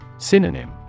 Synonym